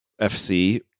FC